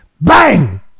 Bang